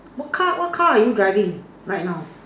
what car what car are you driving right now